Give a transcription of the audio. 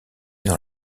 dans